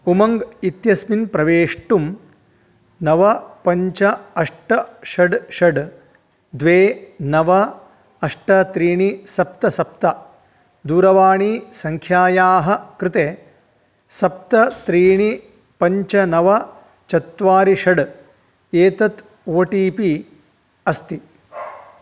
उमङ्ग् इत्यस्मिन् प्रवेष्टुं नव पञ्च अष्ट षट् षट् द्वे नव अष्ट त्रीणि सप्त सप्त दूरवाणीसङ्ख्यायाः कृते सप्त त्रीणि पञ्च नव चत्वारि षट् एतत् ओ टि पि अस्ति